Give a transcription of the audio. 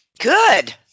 Good